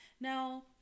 Now